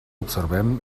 observem